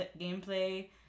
gameplay